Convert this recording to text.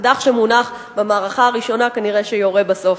אקדח שמונח במערכה הראשונה, כנראה יורה בסוף,